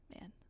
man